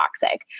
toxic